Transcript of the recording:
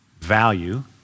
value